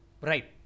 Right